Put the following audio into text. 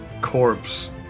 corpse